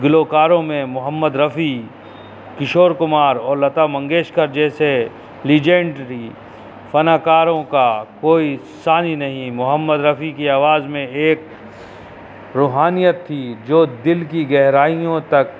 گلوکاروں میں محمد رفیع کشور کمار اور لتا منگیشکر جیسے لیجینٹری فناکاروں کا کوئی ثانی نہیں محمد رفیع کی آواز میں ایک روحانیت تھی جو دل کی گہرائیوں تک